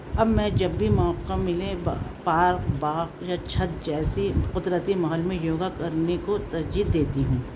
اب میں جب بھی موقع ملے پارق باغ یا چھت جیسی قدرتی ماحول میں یوگا کرنے کو ترجیح دیتی ہوں